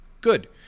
good